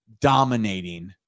dominating